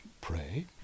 pray